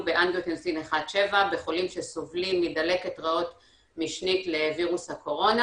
באנגיוטנסין 17 בחולים שסובלים מדלקת ריאות משנית לווירוס הקורונה,